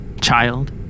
Child